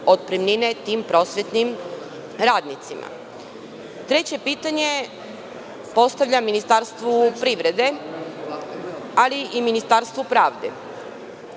otpremnine tim prosvetnim radnicima? Treće pitanje postavljam Ministarstvu privrede, ali i Ministarstvu pravde.